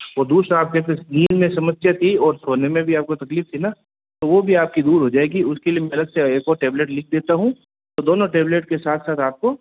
वो दूसरा आप जैसे नींद में समस्या थी और सोने में भी आपको तकलीफ थी ना तो वो भी आपकी दूर हो जाएगी उसके लिए मैं अलग से एक और टैबलेट लिख देता हूँ तो दोनों टैबलेट के साथ साथ आपको